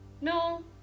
No